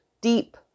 deep